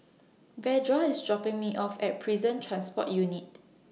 Verda IS dropping Me off At Prison Transport Unit